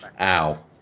Ow